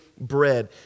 bread